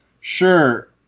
Sure